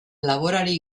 laborari